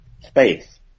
space